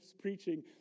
preaching